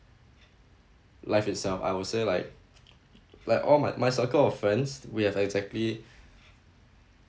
life itself I would say like like all my my circle of friends we have exactly